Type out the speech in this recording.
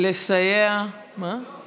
לסייע, מה?